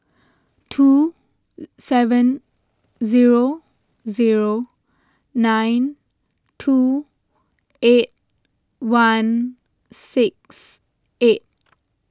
two seven zero zero nine two eight one six eight